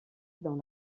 dans